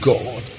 God